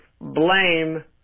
blame